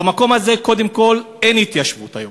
במקום הזה, קודם כול, אין התיישבות היום.